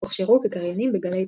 הוכשרו כקריינים בגלי צה"ל.